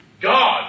God